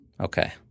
Okay